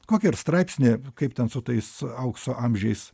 kokį ar straipsnį kaip ten su tais aukso amžiais